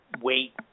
wait